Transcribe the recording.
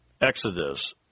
Exodus